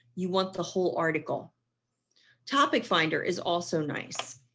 you want the whole article topic finder is also nice